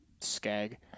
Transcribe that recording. Skag